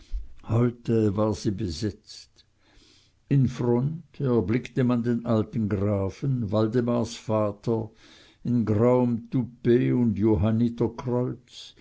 heute war sie besetzt in front erblickte man den alten grafen waldemars vater in grauem toupet und